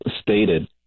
stated